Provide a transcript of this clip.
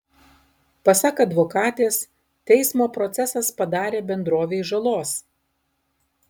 pasak advokatės teismo procesas padarė bendrovei žalos